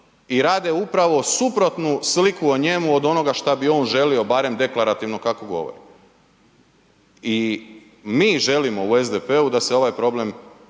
i rade upravo suprotnu sliku o njemu od onoga šta bi on želio barem deklarativno kako govori i mi želimo u SDP-u da se ovaj problem